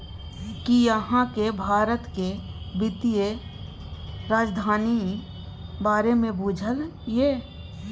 कि अहाँ केँ भारतक बित्तीय राजधानी बारे मे बुझल यै?